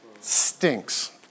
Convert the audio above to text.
Stinks